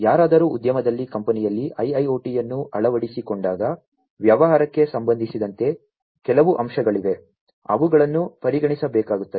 ಯಾರಾದರೂ ಉದ್ಯಮದಲ್ಲಿ ಕಂಪನಿಯಲ್ಲಿ IIoT ಅನ್ನು ಅಳವಡಿಸಿಕೊಂಡಾಗ ವ್ಯವಹಾರಕ್ಕೆ ಸಂಬಂಧಿಸಿದಂತೆ ಕೆಲವು ಅಂಶಗಳಿವೆ ಅವುಗಳನ್ನು ಪರಿಗಣಿಸಬೇಕಾಗುತ್ತದೆ